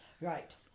Right